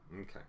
Okay